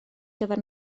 gyfer